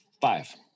Five